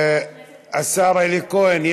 השר אלי כהן.